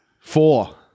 four